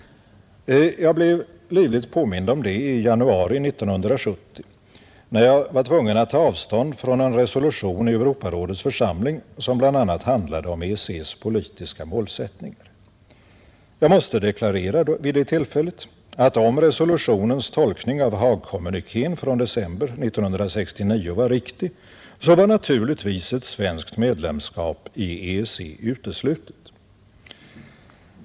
Jag blev livligt påmind om det i januari 1970, när jag i Europarådets församling måste ta avstånd från en resolution, som bl.a. handlade om EEC:s politiska målsättningar. Jag måste vid det tillfället deklarera, att om resolutionens tolkning av Haagkommunikén från december 1969 var riktig, så var naturligtvis ett svenskt medlemskap i EEC uteslutet.